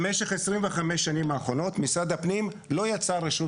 במשך 25 השנים האחרונות משרד הפנים לא יצר רשות